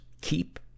Keep